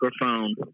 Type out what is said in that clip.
microphone